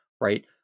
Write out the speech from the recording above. right